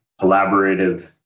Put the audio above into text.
collaborative